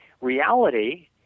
reality